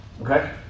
Okay